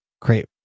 create